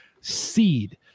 seed